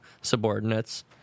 subordinates